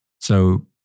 So-